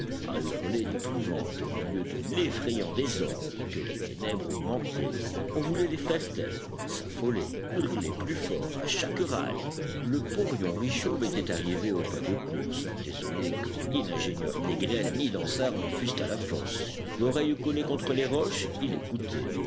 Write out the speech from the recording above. hurler d'épouvante au milieu de l'effrayant désordre que les ténèbres augmentaient on voulait les faire taire elles s'affolaient hurlaient plus fort à chaque râle le porion richomme était arrivé au pas de course désolé que ni l'ingénieur négrel ni dansaert ne fussent à la fosse l'oreille collée contre les roches il écoutait